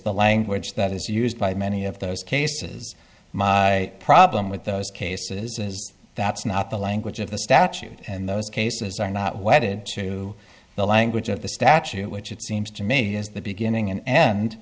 the language that is used by many of those cases my problem with those cases is that's not the language of the statute and those cases are not wedded to the language of the statute which it seems to me is the beginning and end